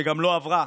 שגם לא עברה,